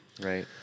right